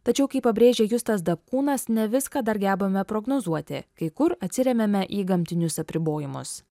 tačiau kaip pabrėžia justas dapkūnas ne viską dar gebame prognozuoti kai kur atsiremiame į gamtinius apribojimus